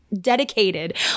dedicated